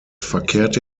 verkehrte